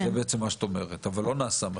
זה בעצם מה שאת אומרת, אבל לא נעשה מחקר.